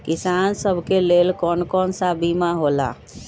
किसान सब के लेल कौन कौन सा बीमा होला?